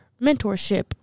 mentorship